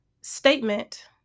statement